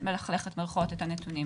אני רוצה לתת גם את הנתון